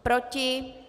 Proti?